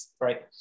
right